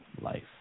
life